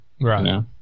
Right